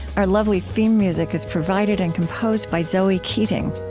our lovely theme music is provided and composed by zoe keating.